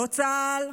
לא צה"ל,